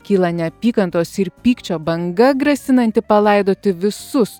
kyla neapykantos ir pykčio banga grasinanti palaidoti visus